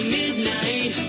midnight